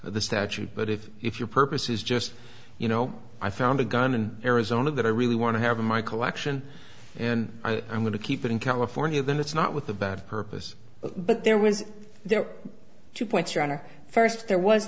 the statute but if if your purpose is just you know i found a gun in arizona that i really want to have in my collection and i'm going to keep it in california then it's not with the bad purpose but there was there two points your honor first there was